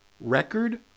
record